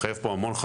מחייב פה חקיקה.